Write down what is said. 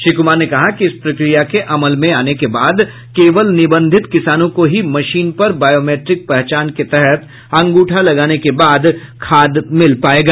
श्री कुमार ने कहा कि इस प्रक्रिया के अमल में आने के बाद केवल निबंधित किसानों को ही मशीन पर बायोमेट्रिक पहचान के तहत अंगूठा लगाने के बाद खाद मिल पायेगा